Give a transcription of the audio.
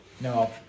No